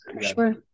sure